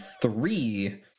three